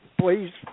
please